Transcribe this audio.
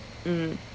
mm